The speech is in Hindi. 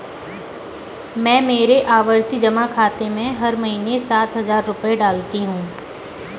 मैं मेरे आवर्ती जमा खाते में हर महीने सात हजार रुपए डालती हूँ